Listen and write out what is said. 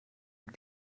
und